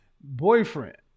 boyfriend